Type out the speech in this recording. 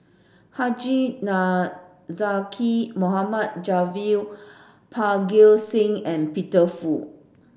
Haji Namazie Mohd Javad Parga Singh and Peter Fu